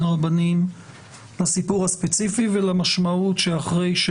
הרבניים לסיפור הספציפי ולמשמעות שאחרי,